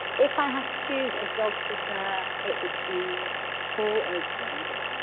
if i had to choose a dog sitter, it would be paul o'grady.